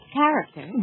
character